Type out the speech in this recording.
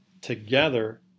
together